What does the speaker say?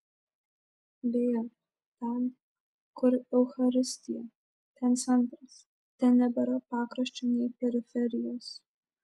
beje ten kur eucharistija ten centras ten nebėra pakraščio nei periferijos